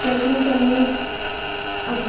trekking करने अभी